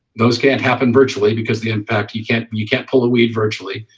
those can't happen virtually because the in fact you can't you can't pull the weed virtually,